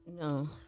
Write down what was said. no